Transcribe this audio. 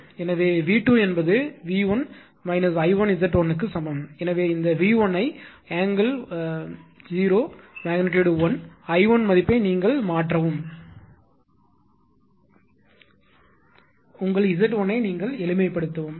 எனவே V2 என்பது V1 I1Z1 க்கு சமம் எனவே இந்த V1 ஐ 1∠0 I1 மதிப்பை நீங்கள் மாற்றவும் உங்கள் Z1 ஐ நீங்கள் எளிமைப்படுத்தவும்